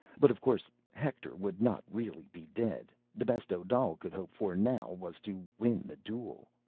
but, of course, hector would not really be dead the best odal could hope for now was to win the duel.